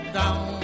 down